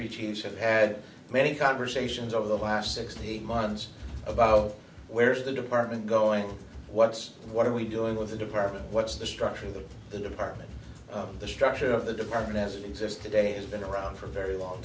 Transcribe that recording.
is have had many conversations over the last sixteen months about where's the department going what's what are we doing with the department what's the structure of the department of the structure of the department as it exists today has been around for very long